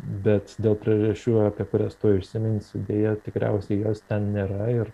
bet dėl priežasčių apie kurias tuoj užsiminsiudeja tikriausiai jos ten nėra ir